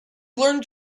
learn